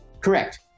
Correct